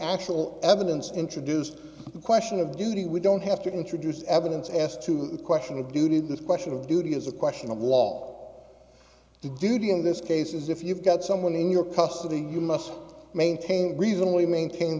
actual evidence introduced the question of duty we don't have to introduce evidence as to the question of duty the question of duty is a question of law exuding in this case is if you've got someone in your custody you must maintain reasonably maintain